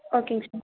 ஓகேங்க சார்